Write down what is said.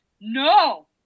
No